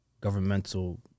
governmental